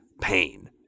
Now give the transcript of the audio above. pain